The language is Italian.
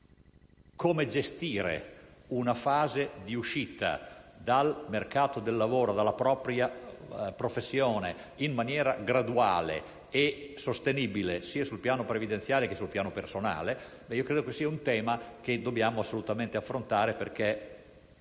come gestire una fase di uscita dal mercato del lavoro o dalla propria professione in maniera graduale e sostenibile, sia sul piano previdenziale che sul piano personale,